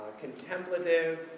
Contemplative